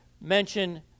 mention